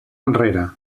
arrere